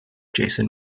jason